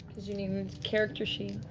because you need a character sheet.